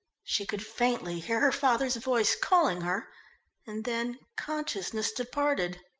she could faintly hear her father's voice calling her and then consciousness departed.